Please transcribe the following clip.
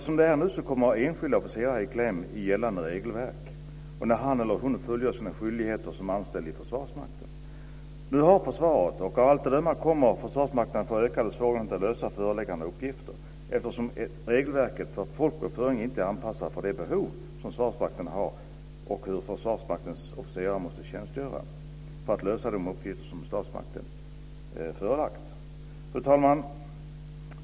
Som det nu är kommer enskilda officerare i kläm i gällande regelverk när han eller hon fullgör sina skyldigheter som anställd i Försvarsmakten. Nu har försvaret och av allt att döma kommer Försvarsmakten att få ökade svårigheter att lösa föreliggande uppgifter eftersom regelverket för folkbokföring inte är anpassat för de behov som Försvarsmakten har för hur Försvarsmaktens officerare måste tjänstgöra för att lösa de uppgifter som statsmakten har förelagt. Fru talman!